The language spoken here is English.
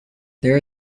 there